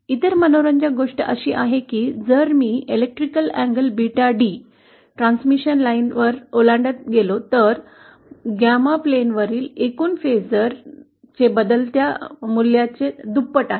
इतर मनोरंजक गोष्ट अशी आहे की जर मी विद्युत् लांबी बीटा डी ट्रांसमिशन लाइनसह ओलांडत गेलो तर गामा प्लेनवरील एकूण फेसर बदलत्या मूल्याच्या दुप्पट आहे